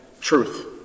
truth